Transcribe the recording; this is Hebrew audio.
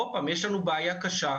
שוב, יש לנו בעיה קשה.